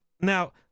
Now